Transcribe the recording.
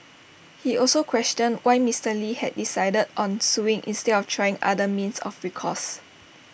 he also questioned why Mister lee had decided on suing instead of trying other means of recourse